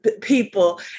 people